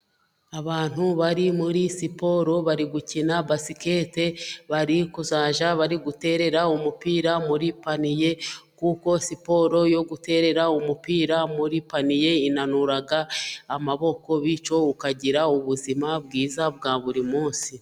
Abantu bari muri siporo, bari gukina basikete, bari kuzajya bari guterera umupira muri paniye, kuko siporo yo guterera umupira muri paniye inanura amaboko, bityo ukagira ubuzima bwiza bwa buri munsi.